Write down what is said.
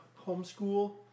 homeschool